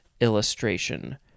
illustration